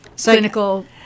clinical